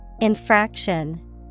Infraction